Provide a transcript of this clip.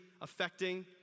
affecting